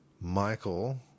Michael